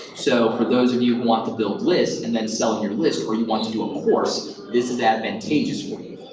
so, for those of you who want to build lists and then sell your list or you want to do a course, this is advantageous for you.